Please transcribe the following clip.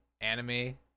anime